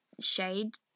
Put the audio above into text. shade